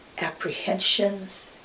apprehensions